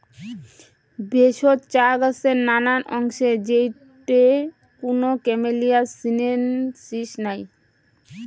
ভেষজ চা গছের নানান অংশ যেইটে কুনো ক্যামেলিয়া সিনেনসিস নাই